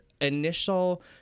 initial